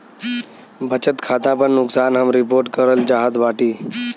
बचत खाता पर नुकसान हम रिपोर्ट करल चाहत बाटी